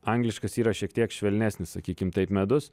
angliškas yra šiek tiek švelnesnis sakykim taip medus